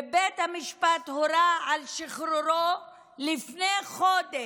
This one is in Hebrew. ובית המשפט הורה על שחרורו לפני חודש.